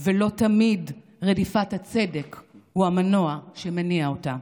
ולא תמיד רדיפת הצדק הוא המנוע שמניע אותה,